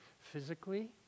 physically